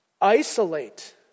isolate